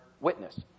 witness